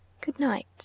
Good-night